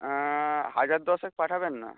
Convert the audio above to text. হাজার দশেক পাঠাবেন না